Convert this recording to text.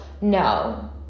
No